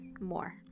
more